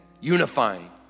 unifying